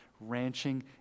ranching